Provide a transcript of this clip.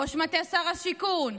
ראש מטה שר השיכון,